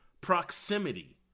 proximity